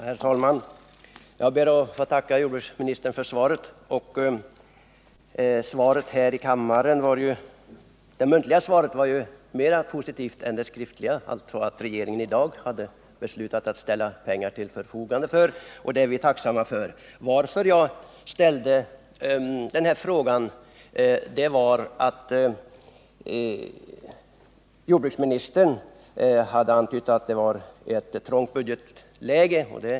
Herr talman! Jag ber att få tacka jordbruksministern för svaret. Regeringen har alltså i dag beslutat ställa pengar till förfogande, och det är vi tacksamma för. Jag ställde den här frågan därför att jordbruksministern förut antytt att det var ett trångt budgetläge.